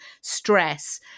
stress